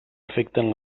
afecten